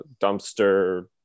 dumpster